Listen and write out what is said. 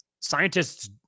scientists